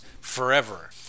forever